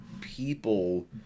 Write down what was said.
people